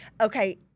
okay